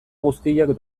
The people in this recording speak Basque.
guztiak